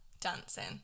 dancing